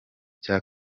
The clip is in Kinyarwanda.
cya